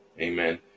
Amen